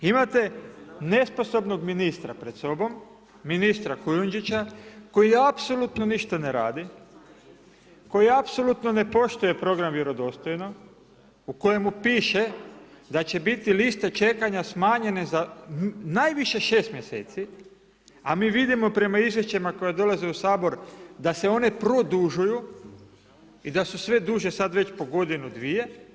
Imate nesposobnog ministra pred sobom, ministra Kujundžića koji apsolutno ništa ne radi, koji apsolutno ne poštuje program vjerodostojno, u kojemu piše da će biti liste čekanja smanjenje za najviše 6 mjeseci a mi vidimo prema izvješćima koje dolazi u Sabor da se one produžuju i da su sve duže sada već po godinu, dvije.